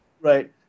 Right